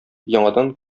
яңадан